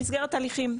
במסגרת ההליכים,